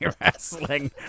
wrestling